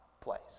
place